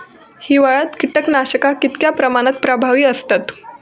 हिवाळ्यात कीटकनाशका कीतक्या प्रमाणात प्रभावी असतत?